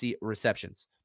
receptions